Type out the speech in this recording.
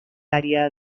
área